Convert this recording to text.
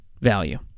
value